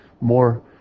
more